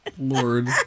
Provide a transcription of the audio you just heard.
Lord